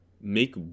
make